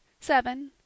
seven